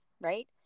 right